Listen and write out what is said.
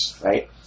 right